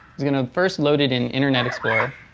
he's going to first load it in internet explorer.